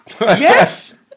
Yes